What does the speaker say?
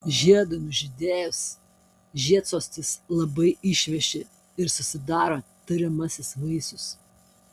žiedui nužydėjus žiedsostis labai išveši ir susidaro tariamasis vaisius